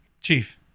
chief